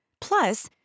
Plus